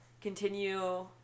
continue